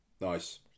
Nice